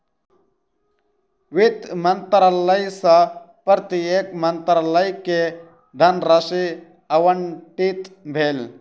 वित्त मंत्रालय सॅ प्रत्येक मंत्रालय के धनराशि आवंटित भेल